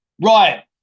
Right